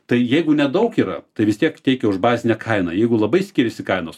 tai jeigu nedaug yra tai vis tiek teikia už bazinę kainą jeigu labai skiriasi kainos